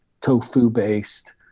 tofu-based